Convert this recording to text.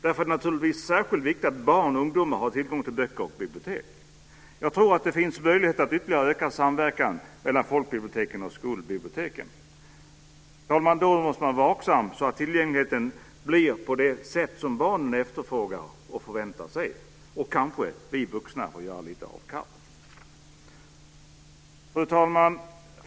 Därför är det naturligtvis särskilt viktigt att barn och ungdomar har tillgång till böcker och bibliotek. Jag tror att det finns möjlighet att ytterligare öka samverkan mellan folkbiblioteken och skolbiblioteken. Då måste man vara vaksam så att tillgängligheten blir på det sätt som barnen efterfrågar och förväntar sig, och kanske får vi vuxna göra lite avkall. Fru talman!